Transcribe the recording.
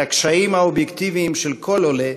על הקשיים האובייקטיביים של כל עולה